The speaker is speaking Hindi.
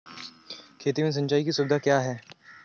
खेती में सिंचाई की सुविधा क्या है?